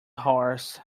horse